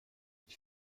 ich